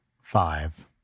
five